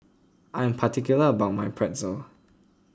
I am particular about my Pretzel